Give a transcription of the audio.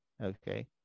okay